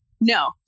no